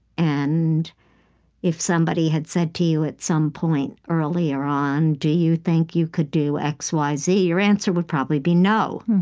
and if somebody had said to you at some point earlier on, do you think you could do x, y, z, your answer would probably be no.